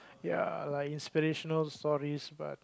ya like inspirational stories but